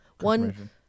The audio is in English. one